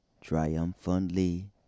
triumphantly